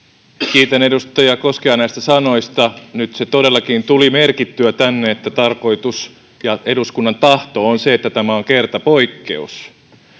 kiitän edustaja koskea näistä sanoista nyt se todellakin tuli merkittyä tänne että tarkoitus ja eduskunnan tahto on se että tämä on kertapoikkeus